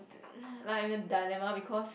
d~ like a dilemma because